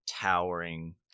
towering